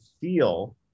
feel